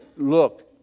look